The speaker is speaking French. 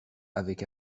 avec